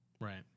right